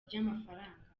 ry’amafaranga